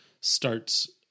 starts